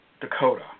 Dakota